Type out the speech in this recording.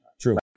True